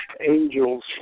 angels